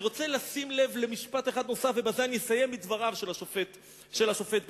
אני רוצה לשים לב למשפט אחד נוסף מדבריו של השופט ברק,